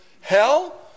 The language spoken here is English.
hell